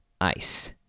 Ice